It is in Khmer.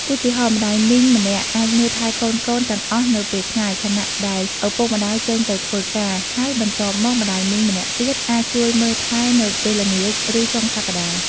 ឧទាហរណ៍ ម្ដាយមីងម្នាក់អាចមើលថែកូនៗទាំងអស់នៅពេលថ្ងៃ ខណៈដែលឪពុកម្ដាយចេញទៅធ្វើការ ហើយបន្ទាប់មកម្ដាយមីងម្នាក់ទៀតអាចជួយមើលថែនៅពេលល្ងាច ឬចុងសប្តាហ៍។